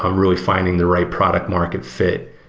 um really finding the right product market fit.